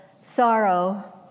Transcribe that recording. sorrow